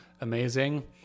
amazing